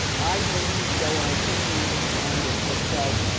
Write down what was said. i believe joe and i totally understand it, but joe,